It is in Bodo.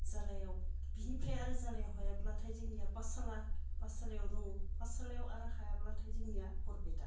जालायाव बिनिफ्राय आरो जालायाव हायाब्लाथाय जोंनिय पाथसाला पाथसालायाव दङ पाथसालायाव आरो हायाब्लाथाय जोंनिया बरपेटा